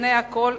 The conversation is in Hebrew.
לפני הכול,